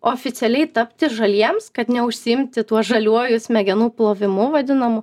oficialiai tapti žaliems kad neužsiimti tuo žaliuoju smegenų plovimu vadinamu